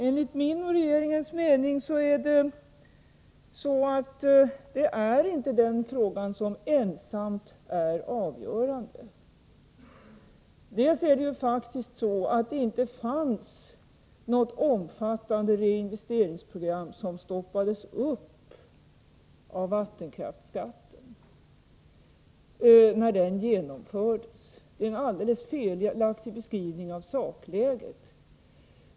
Enligt min och regeringens mening är inte den frågan den ensamt avgörande. Dels fanns det faktiskt inte något omfattande reinvesteringsprogram som stoppades när vattenkraftsskatten infördes. Ivar Franzén ger en alldeles felaktig beskrivning av sakläget.